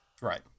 Right